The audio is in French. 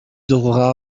devra